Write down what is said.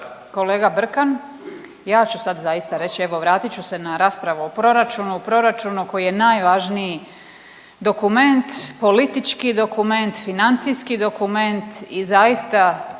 Kolega Brkan ja ću sad zaista reći, evo vratit ću se na raspravu o proračunu, o proračunu koji je najvažniji dokument, politički dokument, financijski dokument i zaista